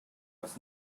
was